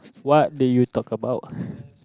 what did you talk about